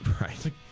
right